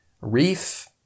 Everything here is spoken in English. Reef